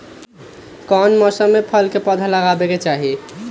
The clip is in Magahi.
कौन मौसम में फल के पौधा लगाबे के चाहि?